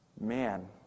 man